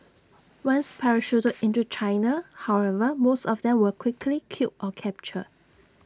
once parachuted into China however most of them were quickly killed or captured